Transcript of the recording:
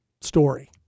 story